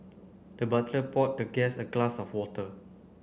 the butler poured the guest a glass of water